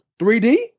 3d